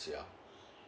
yeah